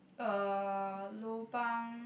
uh lobang